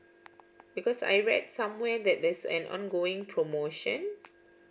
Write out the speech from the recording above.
because I read somewhere that there's an ongoing promotion